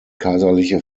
kaiserliche